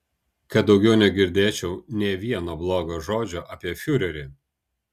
kad daugiau negirdėčiau nė vieno blogo žodžio apie fiurerį